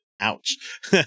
Ouch